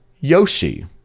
Yoshi